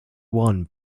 won